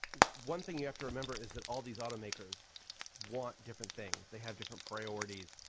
one thing you have to remember is that all these automakers want different things. they have different priorities.